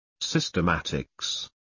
systematics